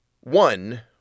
One